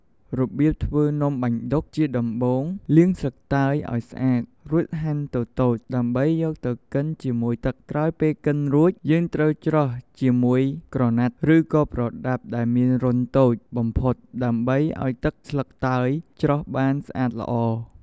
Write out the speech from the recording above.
រប្រៀបធ្វើនំបាញ់ឌុកជាដំបូងលាងស្លឹកតើយឲ្យស្អាតរួចហាន់តូចៗដើម្បីយកទៅកិនជាមួយទឹកក្រោយពេលកិនរួចយើងត្រូវច្រោះជាមួយក្រណាត់ឬក៏ប្រដាប់ដែលមានរន្ធតូចបំផុតដើម្បីឲ្យទឹកស្លឹកតើយច្រោះបានស្អាតល្អ។